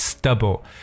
Stubble